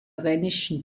rheinischen